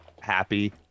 Happy